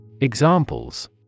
Examples